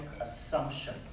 assumption